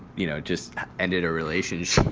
you know, just ended a relationship.